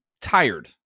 tired